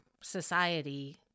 society